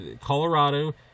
Colorado